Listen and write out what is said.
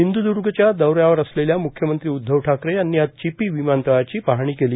सिंधुदुर्गच्या दौऱ्यावर असलेल्या म्ख्यमंत्री उद्धव ठाकरे यांनी आज चिपी विमानतळाची पाहणी केली